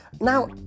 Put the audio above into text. Now